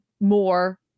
more